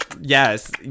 Yes